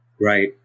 Right